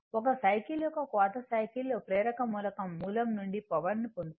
ఒక సైకిల్ యొక్క ఒక క్వార్ట్రర్ సైకిల్లో ప్రేరక మూలకం మూలం నుండి పవర్ ని పొందుతుంది